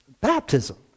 baptism